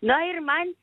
nu ir man